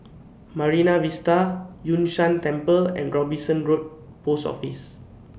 Marine Vista Yun Shan Temple and Robinson Road Post Office